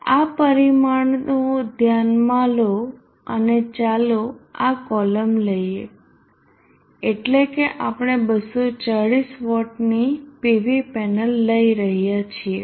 આ પરિમાણો ધ્યાનમાં લો અને ચાલો આ કોલમ લઈએ એટલે કે આપણે 240 વોટની PV પેનલ લઈ રહ્યા છીએ